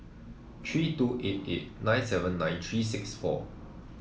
three two eight eight nine seven nine three six four